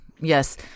Yes